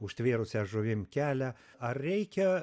užtvėrusią žuvims kelią ar reikia